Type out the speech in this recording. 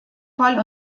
voll